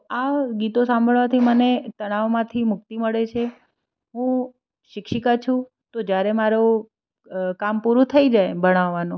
આ ગીતો સંભાળવાથી મને તણાવમાંથી મુક્તિ મળે છે હું શિક્ષિકા છું તો જ્યારે મારો કામ પૂરું થઈ જાય ભણાવવાનું